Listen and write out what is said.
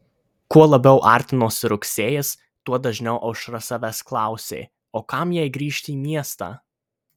kuo labiau artinosi rugsėjis tuo dažniau aušra savęs klausė o kam jai grįžti į miestą